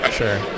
sure